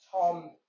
Tom